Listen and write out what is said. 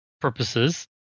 purposes